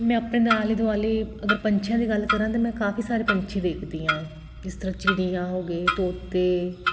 ਮੈਂ ਆਪਣੇ ਆਲੇ ਦੁਆਲੇ ਅਗਰ ਪੰਛੀਆਂ ਦੀ ਗੱਲ ਕਰਾਂ ਤਾਂ ਮੈਂ ਕਾਫ਼ੀ ਸਾਰੇ ਪੰਛੀ ਵੇਖਦੀ ਹਾਂ ਜਿਸ ਤਰ੍ਹਾਂ ਚਿੜੀਆਂ ਹੋ ਗਏ ਤੋਤੇ